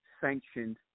sanctioned